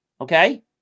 okay